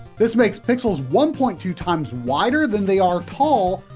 this makes pixels one point two times wider than they are tall,